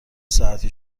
ساعتی